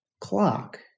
clock